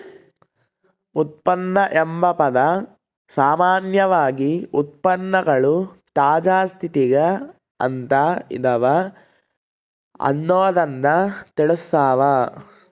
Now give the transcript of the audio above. ಉತ್ಪನ್ನ ಎಂಬ ಪದ ಸಾಮಾನ್ಯವಾಗಿ ಉತ್ಪನ್ನಗಳು ತಾಜಾ ಸ್ಥಿತಿಗ ಅಂತ ಇದವ ಅನ್ನೊದ್ದನ್ನ ತಿಳಸ್ಸಾವ